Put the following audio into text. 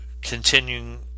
continuing